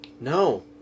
No